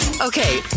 Okay